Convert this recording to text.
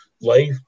life